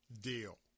deal